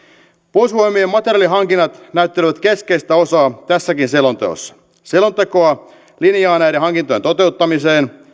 puolustusvoimien materiaalihankinnat näyttelevät keskeistä osaa tässäkin selonteossa selontekoa linjaa näiden hankintojen toteuttaminen